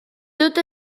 tot